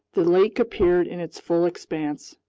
the lake appeared in its full expanse.